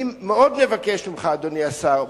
אני מאוד מבקש ממך, אדוני השר,